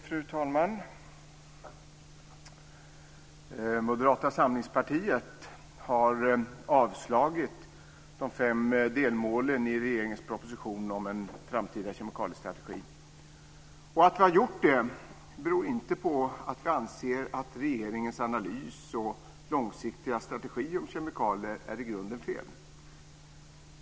Fru talman! Moderata samlingspartiet har yrkat avslag på de fem delmålen i regeringens proposition om en framtida kemikaliestrategi. Att vi har gjort det beror inte på att vi anser att regeringens analys och långsiktiga strategi om kemikalier är i grunden fel.